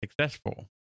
successful